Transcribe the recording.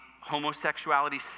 homosexuality